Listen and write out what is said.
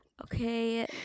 okay